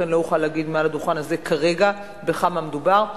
לכן לא אוכל להגיד מעל הדוכן הזה כרגע בכמה מדובר,